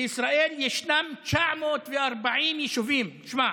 בישראל ישנם 940 יישובים, תשמע,